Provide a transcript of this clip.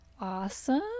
awesome